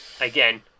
again